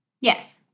Yes